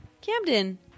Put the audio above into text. Camden